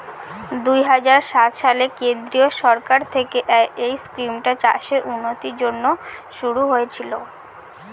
দুই হাজার সাত সালে কেন্দ্রীয় সরকার থেকে এই স্কিমটা চাষের উন্নতির জন্যে শুরু হয়েছিল